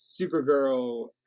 Supergirl